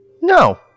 No